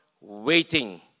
waiting